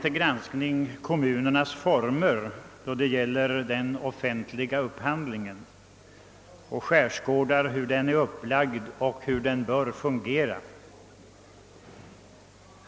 Till granskning upptas nämligen formerna för den kommunala offentliga upphandlingen och det skärskådas hur upphandlingen är upplagd och hur den bör fungera.